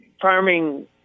Farming